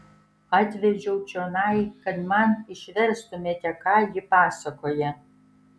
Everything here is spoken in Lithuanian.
atvedžiau čionai kad man išverstumėte ką ji pasakoja